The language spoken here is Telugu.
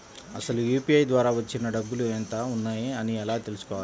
అసలు యూ.పీ.ఐ ద్వార వచ్చిన డబ్బులు ఎంత వున్నాయి అని ఎలా తెలుసుకోవాలి?